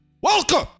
Welcome